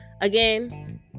again